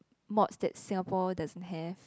mops that Singapore doesn't have